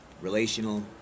relational